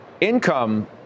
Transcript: income